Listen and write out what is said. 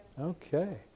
Okay